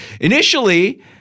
Initially